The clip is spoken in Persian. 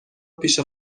پیش